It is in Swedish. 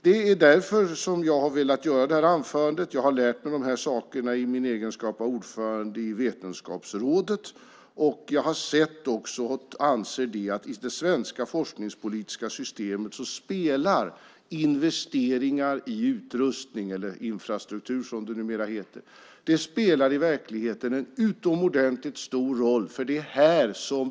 Det är därför som jag har velat hålla det här anförandet. Jag har lärt mig de här sakerna i min egenskap av ordförande i Vetenskapsrådet. Jag har också sett och anser att i det svenska forskningspolitiska systemet spelar investeringar i utrustning, eller infrastruktur som det numera heter, i verkligheten en utomordentligt stor roll.